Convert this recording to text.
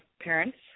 parents